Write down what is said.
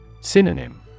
Synonym